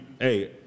hey